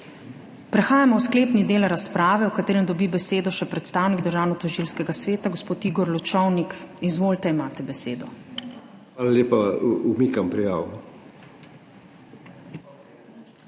Prehajamo v sklepni del razprave, v katerem dobi besedo še predstavnik Državnotožilskega sveta gospod Igor Lučovnik. Izvolite, imate besedo. IGOR LUČOVNIK